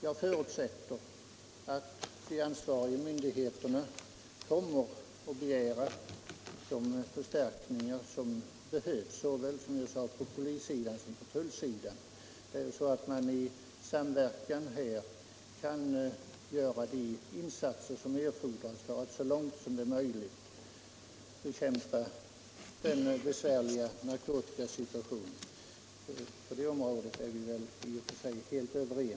Jag förutsätter att de ansvariga myndigheterna kommer att begära de förstärkningar som behövs såväl på polissidan som på tullsidan, så att man i samverkan kan göra de insatser som är erforderliga för att så långt möjligt bekämpa den besvärliga narkotikasituationen. På det området är vi väl helt överens.